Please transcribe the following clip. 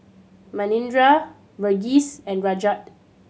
Manindra Verghese and Rajat